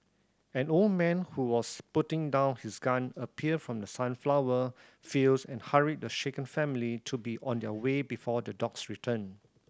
an old man who was putting down his gun appeared from the sunflower fields and hurried the shaken family to be on their way before the dogs return